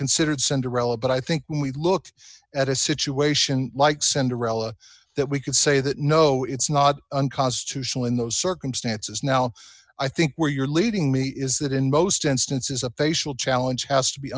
considered cinderella but i think when we looked at a situation like send a rela that we could say that no it's not unconstitutional in those circumstances now i think where you're leading me is that in most instances a facial challenge has to be